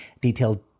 detailed